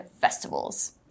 festivals